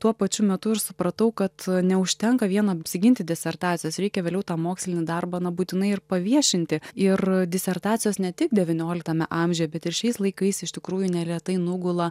tuo pačiu metu ir supratau kad neužtenka vien apsiginti disertacijas reikia vėliau tą mokslinį darbą na būtinai ir paviešinti ir disertacijos ne tik devynioliktame amžiuje bet ir šiais laikais iš tikrųjų neretai nugula